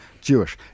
Jewish